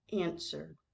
Answer